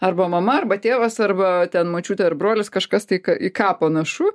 arba mama arba tėvas arba ten močiutė ar brolis kažkas tai į ką panašu